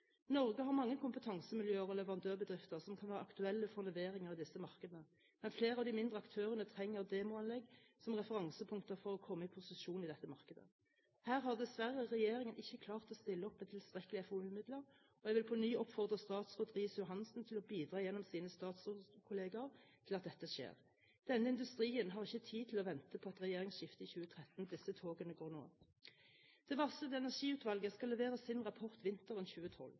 Norge har mange kompetansemiljøer og leverandørbedrifter som kan være aktuelle for leveringer i disse markedene, men flere av de mindre aktørene trenger demoanlegg som referansepunkter for å komme i posisjon i dette markedet. Her har dessverre regjeringen ikke klart å stille opp med tilstrekkelige FoU-midler, og jeg vil på ny oppfordre statsråd Riis-Johansen til å bidra gjennom sine statsrådskollegaer til at dette skjer. Denne industrien har ikke tid til å vente på et regjeringsskifte i 2013 – disse togene går nå. Det varslede energiutvalget skal levere sin rapport vinteren 2012.